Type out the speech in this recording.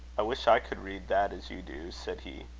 i wish i could read that as you do, said he.